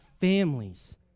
families